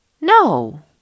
No